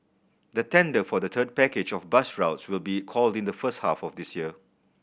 the tender for the third package of bus routes will be called in the first half of this year